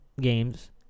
games